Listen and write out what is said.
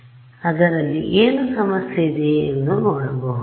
ನಿಅದರಲ್ಲಿ ಏನು ಸಮಸ್ಯೆ ಇದೆ ಎಂದು ನೋಡಬಹುದು